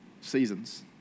Seasons